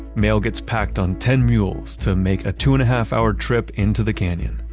mail gets packed on ten mules to make a two and a half hour trip into the canyon.